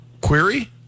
query